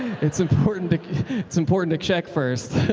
it's important it's important to check first.